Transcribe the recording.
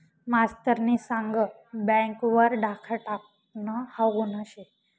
मास्तरनी सांग बँक वर डाखा टाकनं हाऊ गुन्हा शे